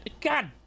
God